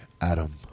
Adam